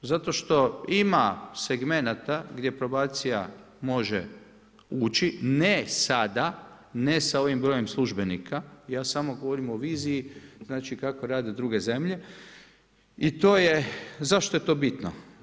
Zato što ima segmenata gdje probacija može ući, ne sada, ne sa ovim brojem službenika ja samo govorim o viziji kako rade druge zemlje i to je, zašto je to bitno?